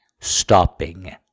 Stopping